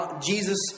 Jesus